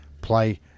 play